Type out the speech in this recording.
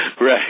Right